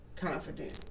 confident